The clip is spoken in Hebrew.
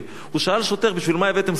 הוא שאל שוטר: בשביל מה הבאתם סוסים?